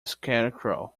scarecrow